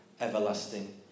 everlasting